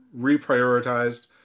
reprioritized